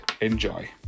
Enjoy